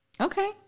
Okay